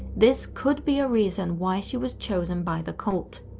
this could be a reason why she was chosen by the cult.